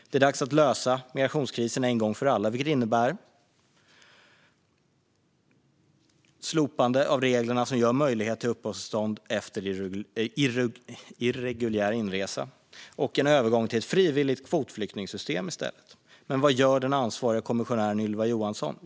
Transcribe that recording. Det är dags att lösa migrationskrisen en gång för alla, vilket innebär ett slopande av de regler som ger möjlighet till uppehållstillstånd efter irreguljär inresa och en övergång till ett frivilligt kvotflyktingsystem i stället. Men vad gör den ansvariga kommissionären Ylva Johansson?